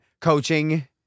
coaching